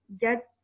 get